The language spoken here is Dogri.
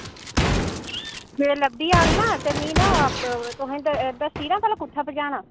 जेकर लब्भी जाग ना ते मिगी नां तुसे दस्सी ना भला कुत्थै पजाना